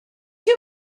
you